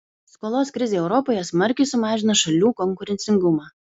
skolos krizė europoje smarkiai sumažino šalių konkurencingumą